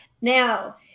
Now